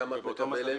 כמה את מקבלת?